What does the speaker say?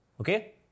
okay